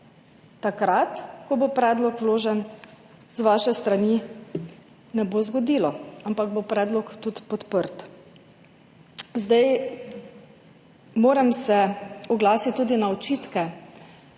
takrat, ko bo predlog vložen z vaše strani, ne bo zgodilo, ampak bo predlog tudi podprt. Moram se oglasiti tudi glede očitkov